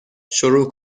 شروع